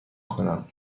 کنم